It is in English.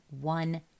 one